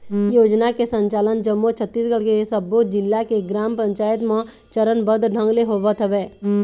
योजना के संचालन जम्मो छत्तीसगढ़ के सब्बो जिला के ग्राम पंचायत म चरनबद्ध ढंग ले होवत हवय